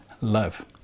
love